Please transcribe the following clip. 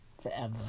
forever